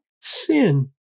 sin